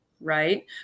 right